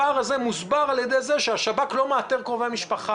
הפער הזה מוסבר על ידי זה שהשב"כ לא מארת קרובי משפחה.